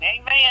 Amen